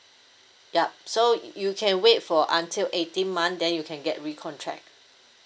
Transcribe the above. yup so you can wait for until eighteen month then you can get recontract